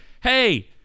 hey